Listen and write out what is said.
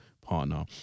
partner